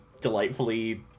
delightfully